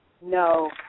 no